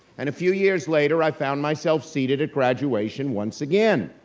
and a few years later, i found myself seated at graduation once again.